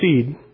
seed